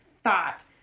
thought